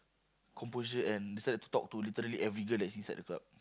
composure and start to talk to literally every girl that's inside the club